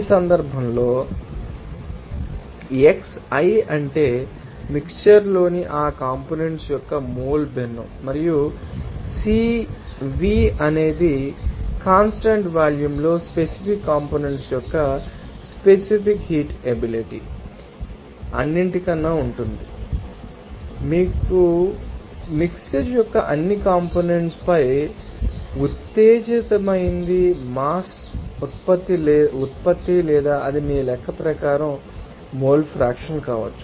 ఈ సందర్భంలో xi అంటే మిక్శ్చర్ లోని ఆ కంపోనెంట్స్ యొక్క మోల్ భిన్నం మరియు CV అనేది కాన్స్టాంట్ వాల్యూమ్లో స్పెసిఫిక్ కంపోనెంట్స్ యొక్క స్పెసిఫిక్ హీట్ ఎబిలిటీ మీ సూచిక నేను అన్నింటికన్నా ఉంటుంది మీకు తెలుసా మిక్శ్చర్ యొక్క అన్ని కంపోనెంట్స్ పై మరియు ఉత్తేజితమైంది మాస్ ఉత్పత్తి లేదా అది మీ లెక్క ప్రకారం మోల్ ఫ్రాక్షన్ కావచ్చు